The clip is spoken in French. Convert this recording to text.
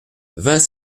vingt